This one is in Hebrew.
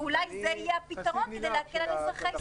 ואולי זה יהיה הפתרון כדי להקל על אזרחי ישראל.